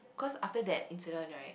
cause after that incident right